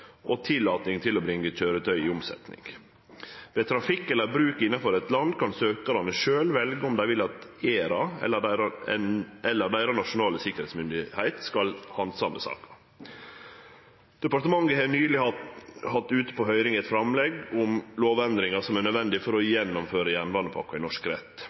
og tillating til å bringe køyretøy i omsetning. Ved trafikk eller bruk innanfor eit land kan søkjarane sjølve velje om dei vil at ERA eller den nasjonale sikkerheitsmyndigheita deira skal handsame saka. Departementet har nyleg hatt ute på høyring eit framlegg om lovendringar som er nødvendige for å gjennomføre jernbanepakka i norsk rett.